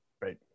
Right